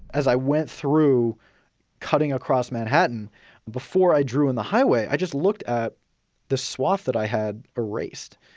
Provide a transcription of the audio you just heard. as i went through cutting across manhattan before i drew in the highway, i just looked at the swath that i had erased.